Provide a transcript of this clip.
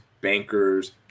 bankers